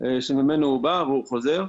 שאיתו הוא הגיע, והוא חוזר.